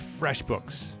FreshBooks